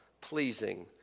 pleasing